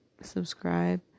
subscribe